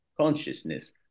consciousness